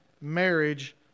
marriage